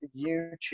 YouTube